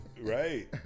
right